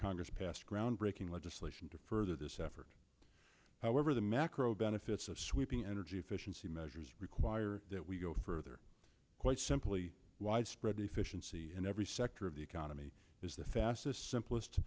congress passed groundbreaking legislation to further this effort however the macro benefits of sweeping energy efficiency measures require that we go further quite simply widespread efficiency in every sector of the economy is the fastest simplest